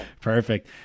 perfect